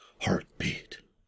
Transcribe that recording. Heartbeat